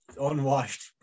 unwashed